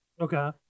Okay